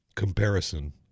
Comparison